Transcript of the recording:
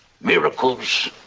miracles